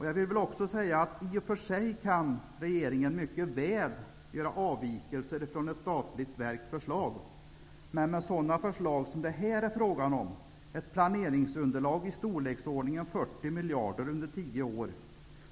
Jag vill också säga att i och för sig kan regeringen mycket väl göra avvikelser från ett statligt verks förslag. Det är nu fråga om ett förslag med ett planeringsunderlag i storleksordningen 40 miljarder kronor under tio år.